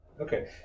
Okay